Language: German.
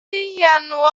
januar